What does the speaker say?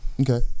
Okay